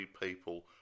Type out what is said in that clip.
people